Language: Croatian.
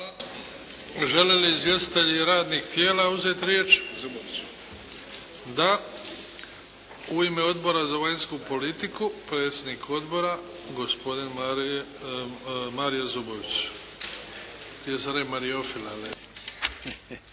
Žele li izvjestitelji radnih tijela uzeti riječ? Da. U ime Odbora za vanjsku politiku predsjednik odbora gospodin Mario Zubović.